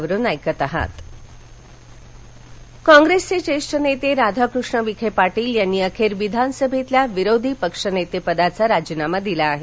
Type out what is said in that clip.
विखे पाटील काँप्रेसचे ज्येष्ठ नेते राधाकृष्ण विखे पाटील यांनी अखेर विधानसभेतील विरोधी पक्षनेतेपदाचा राजीनामा दिला आहे